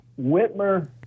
Whitmer